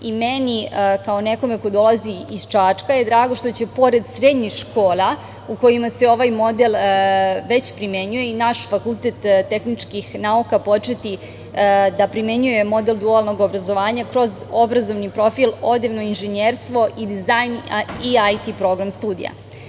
I meni kao nekome ko dolazi iz Čačka, meni je drago što će pored srednjih škola u kojima se ovaj model već primenjuje, i naš Fakultet tehničkih nauka početi da primenjuje model dualnog obrazovanja, kroz obrazovni profil, odevno inženjerstvo i dizajn, i IT program studija.